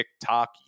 TikTok